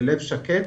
בלב שקט,